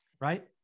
Right